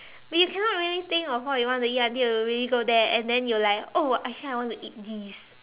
we cannot really think of what we want to eat until we really go there and then you like oh actually I want to eat this